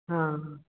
हाँ